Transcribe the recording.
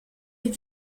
est